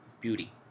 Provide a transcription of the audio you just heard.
Beauty